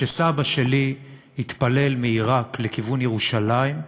כשסבא שלי התפלל מעיראק לכיוון ירושלים,